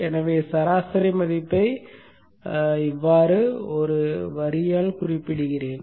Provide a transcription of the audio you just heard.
எனவே சராசரி மதிப்பை இப்படி ஒரு வரியால் குறிப்பிடுகிறேன்